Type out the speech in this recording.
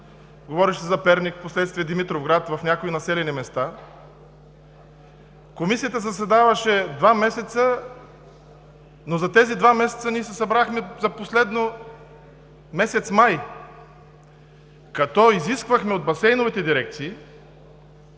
говореше за Перник, Димитровград, за някои други населени места, Комисията заседаваше два месеца, но за тези два месеца ние се събрахме последно през месец май, като изисквахме от басейновите дирекции